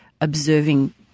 observing